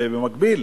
במקביל,